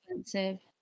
expensive